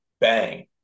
Bang